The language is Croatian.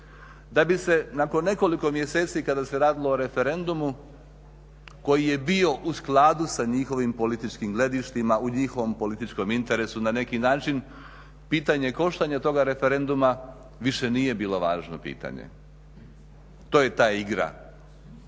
da bi se nakon nekoliko mjeseci kada se radilo o referendumu koji je bio u skladu sa njihovim političkim gledištima u njihovom političkom interesu na neki način pitanje koštanja toga referenduma više nije bilo važno pitanje. To je ta igra,